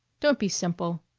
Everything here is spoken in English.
don't be simple,